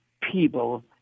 people